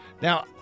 Now